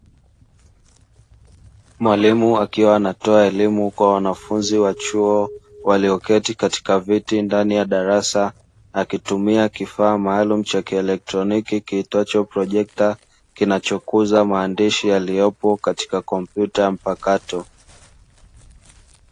Mwalimu akiwa anatoa elimu kwa wanafunzi wa chuo, walioketi katika viti ndani ya darasa, akitumia kifaa maalumu cha kielektroniki kiitwacho projekta, kinachokuza maandishi yaliyopo katika kompyuta mpakato.